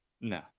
No